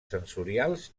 sensorials